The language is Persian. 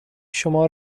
شما